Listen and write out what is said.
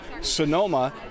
Sonoma